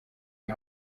die